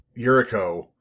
Yuriko